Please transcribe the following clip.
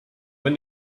when